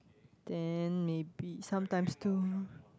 then maybe sometimes two